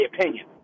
opinion